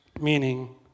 meaning